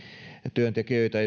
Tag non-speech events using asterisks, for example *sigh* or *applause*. työntekijöitä *unintelligible*